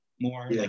more